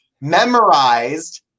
memorized